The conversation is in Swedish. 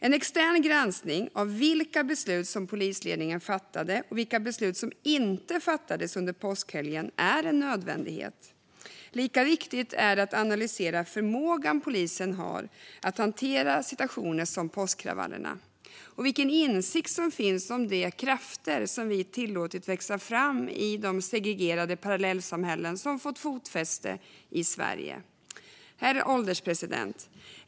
En extern granskning av vilka beslut som polisledningen fattade och vilka beslut som inte fattades under påskhelgen är en nödvändighet. Lika viktigt är det att analysera vilken förmåga polisen har att hantera situationer som påskkravallerna och vilken insikt som finns om de krafter som vi har tillåtit växa fram i de segregerade parallellsamhällen som fått fotfäste i Sverige. Herr ålderspresident!